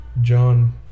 John